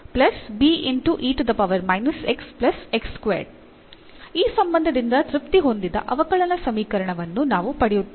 ಆದ್ದರಿಂದ ಈ ಸಂಬಂಧದಿಂದ ತೃಪ್ತಿ ಹೊಂದಿದ ಅವಕಲನ ಸಮೀಕರಣವನ್ನು ನಾವು ಪಡೆಯುತ್ತೇವೆ